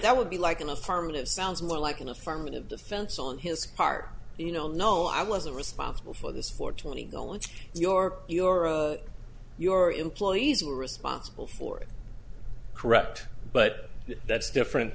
that would be like an affirmative sounds more like an affirmative defense on his part you know no i wasn't responsible for this for twenty going to your your your employees were responsible for it correct but that's different